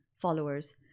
followers